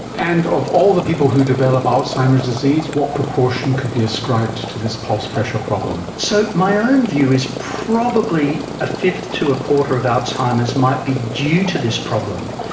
and of all the people who develop alzheimer's disease, what proportion could be ascribed to this pulse pressure problem? so my own view is probably a fifth to a quarter of alzheimer's might be due to this problem,